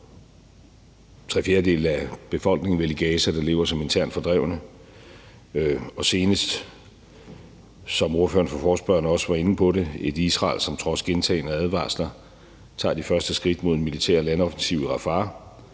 tre fjerdedele af befolkningen i Gaza, der lever som internt fordrevne, og senest, som ordføreren for forslagsstillerne også var inde på, et Israel, som trods gentagne advarsler, tager de første skridt mod en militær landoffensiv i Rafah,